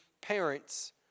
parents